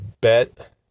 bet